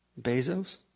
Bezos